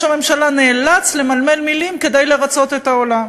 הממשלה נאלץ למלמל מילים כדי לרצות את העולם,